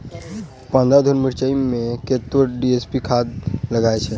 पन्द्रह धूर मिर्चाई मे कत्ते डी.ए.पी खाद लगय छै?